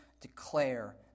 declare